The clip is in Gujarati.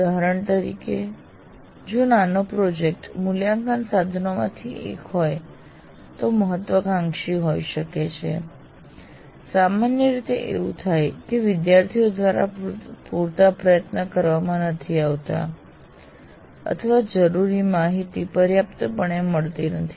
ઉદાહરણ તરીકે જો નાનો પ્રોજેક્ટ મૂલ્યાંકન સાધનોમાંથી એક હોય તો તે મહત્વાકાંક્ષી હોઈ શકે છે સામાન્ય રીતે એવું થાય છે વિદ્યાર્થીઓ દ્વારા પૂરતા પ્રયત્નો કરવામાં નથી આવતા અથવા જરૂરી માહિતી પર્યાપ્તપણે મળતી નથી